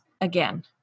again